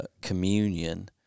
communion